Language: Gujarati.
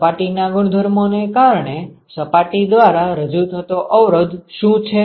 સપાટીના ગુણધર્મો ને કારણે સપાટી દ્વારા રજુ થતો અવરોધ શું છે